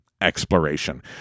exploration